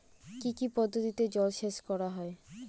কি কি পদ্ধতিতে জলসেচ করা হয়?